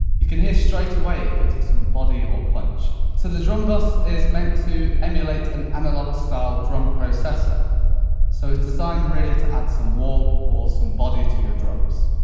you can hear straight away it gives it some body or punch. so the drum buss is meant to emulate an analogue style drum processor so it's designed really to add some warmth or some body to your drums.